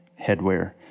headwear